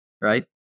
right